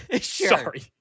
Sorry